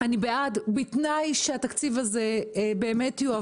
אם יורשה לי, אני הייתי ב-2014, הייתי חברה